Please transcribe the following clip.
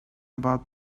about